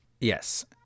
Yes